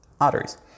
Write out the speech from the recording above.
arteries